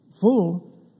full